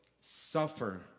suffer